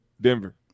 Denver